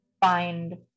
find